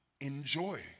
enjoy